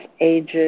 ages